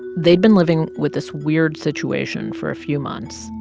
they'd been living with this weird situation for a few months,